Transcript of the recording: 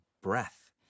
breath